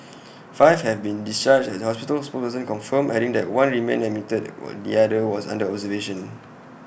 five have been discharged A hospital spokesperson confirmed adding that one remained admitted while the other was under observation